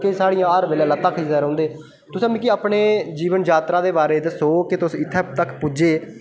किश साढ़ियां हर बैल्ले लत्तां खिच्चदे रौह्ंदे की तुसें मिगी आपने जीवन जात्तरा दे बारे च दस्सो तुस इ'त्थें तक पुज्जे